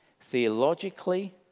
theologically